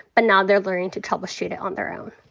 but now they're learning to troubleshoot it on their own.